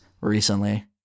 recently